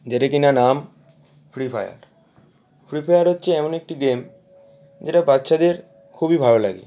যেটি কি না নাম ফ্রি ফায়ার ফ্রি ফায়ার হচ্ছে এমন একটি গেম যেটা বাচ্চাদের খুবই ভালো লাগে